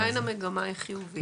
עדיין המגמה היא חיובית.